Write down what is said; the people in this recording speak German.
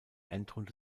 endrunde